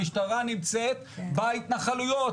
המשטרה נמצאת בהתנחלויות,